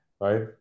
right